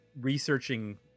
researching